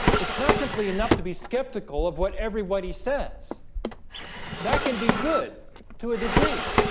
it's not simply enough to be skeptical of what everybody says that can be good to a degree